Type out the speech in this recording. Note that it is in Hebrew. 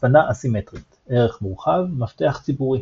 הצפנה א-סימטרית ערך מורחב – מפתח ציבורי